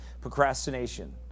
Procrastination